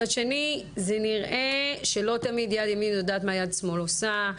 מצד שני זה נראה שלא תמיד יד ימין יודעת מה יד שמאל עושה.